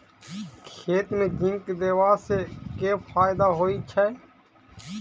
खेत मे जिंक देबा सँ केँ फायदा होइ छैय?